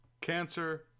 Cancer